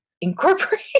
incorporate